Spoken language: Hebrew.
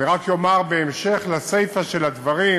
אני רק אומר, בהמשך לסיפה של הדברים,